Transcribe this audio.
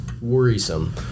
worrisome